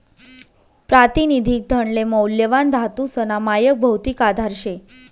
प्रातिनिधिक धनले मौल्यवान धातूसना मायक भौतिक आधार शे